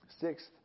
Sixth